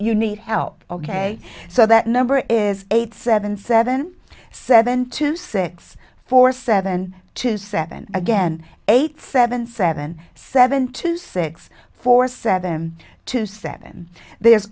you need help ok so that number is eight seven seven seven two six four seven two seven again eight seven seven seven two six four set them to seven there's